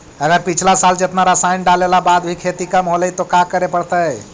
अगर पिछला साल जेतना रासायन डालेला बाद भी खेती कम होलइ तो का करे पड़तई?